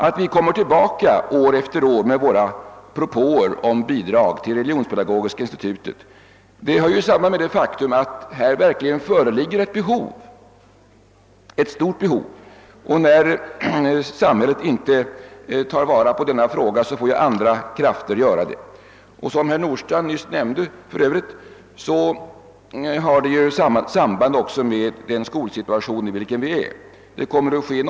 Att vi år efter år återkommer med våra propåer om bidrag till Religionspedagogiska institutet hänger samman med det faktum att det på detta område finns ett stort behov, och när samhället inte tar sig an detta får andra krafter göra det. Som herr Nordstrandh nyss nämnde har det ju också samband med den skolsituation i vilken vi nu befinner oss.